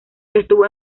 estuvo